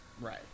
Right